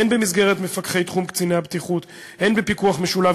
הן במסגרת מפקחי תחום קציני הבטיחות הן בפיקוח משולב